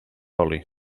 oli